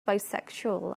bisexual